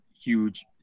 huge